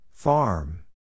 Farm